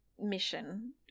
mission